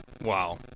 Wow